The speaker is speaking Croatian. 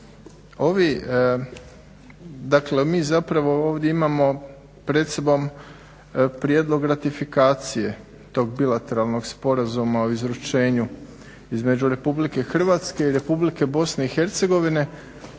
Dakle mi zapravo ovdje imamo pred sobom prijedlog ratifikacije tog bilateralnog sporazuma o izručenju između Republike Hrvatske i Republike Bosne i Hercegovine.